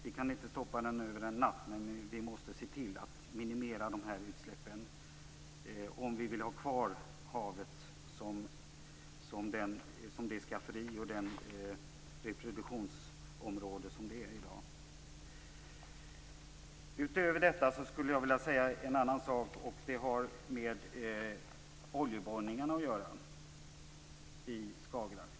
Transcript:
Vi kan inte stoppa dem över en natt, men vi måste minimera utsläppen, om vi vill ha kvar havet som det skafferi och det reproduktionsområde som det i dag är. Utöver detta skulle jag vilja säga något som har att göra med oljeborrningar i Skagerrak.